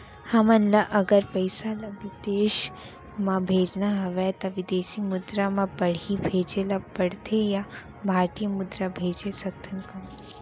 हमन ला अगर पइसा ला विदेश म भेजना हवय त विदेशी मुद्रा म पड़ही भेजे ला पड़थे या भारतीय मुद्रा भेज सकथन का?